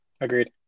Agreed